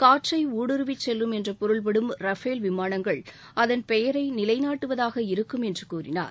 காற்றை ஊடுருவிச் செல்லும் என்ற பொருள்படும் ரஃபேல் விமானங்கள் அதன் பெயரை நிலைநாட்டுவதாக இருக்கும் என்றும் கூறினார்